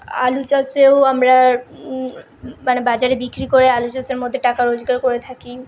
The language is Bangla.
আলু চাষেও আমরা মানে বাজারে বিক্রি করে আলু চাষের মধ্যে টাকা রোজগার করে থাকি